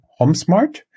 Homesmart